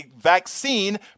vaccine